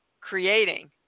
creating